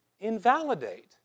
invalidate